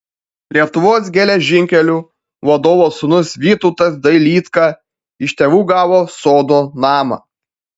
lietuvos geležinkelių vadovo sūnus vytautas dailydka iš tėvų gavo sodo namą